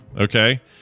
okay